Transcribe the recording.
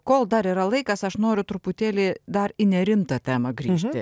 kol dar yra laikas aš noriu truputėlį dar į nerimtą temą grįžti